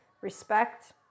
respect